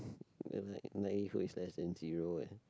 we're like and zero eh